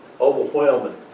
overwhelming